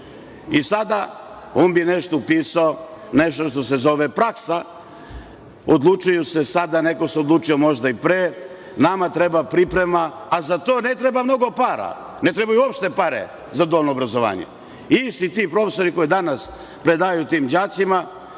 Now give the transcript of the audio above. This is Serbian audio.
i on bi nešto upisao, nešto što se zove praksa. Odlučuje se sada, neko se odlučio možda i pre, nama treba priprema, a za to ne treba mnogo para. Ne trebaju uopšte pare za dualno obrazovanje. Isti ti profesori koji danas predaju tim đacima,